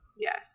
Yes